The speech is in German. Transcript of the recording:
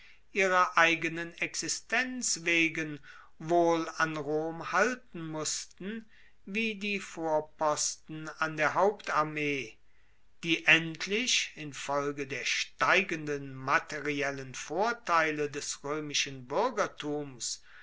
ihrer eigenen existenz wegen wohl an rom halten mussten wie die vorposten an der hauptarmee die endlich infolge der steigenden materiellen vorteile des roemischen buergertums